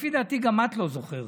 לפי דעתי גם את לא זוכרת,